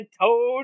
toad